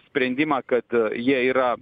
sprendimą kad jie yra